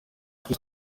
kuri